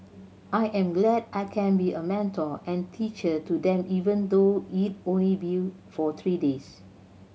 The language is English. I am glad I can be a mentor and teacher to them even though it only be for three days